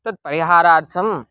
तत्परिहारार्थं